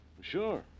Sure